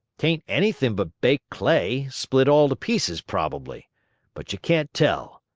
t ain't anythin but baked clay split all to pieces prob'ly but ye can't tell.